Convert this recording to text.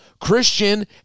Christian